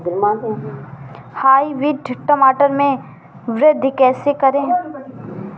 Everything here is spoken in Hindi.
हाइब्रिड टमाटर में वृद्धि कैसे करें?